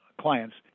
clients